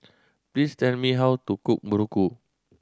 please tell me how to cook muruku